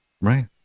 right